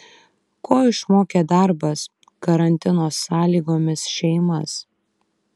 ko išmokė darbas karantino sąlygomis šeimas